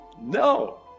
No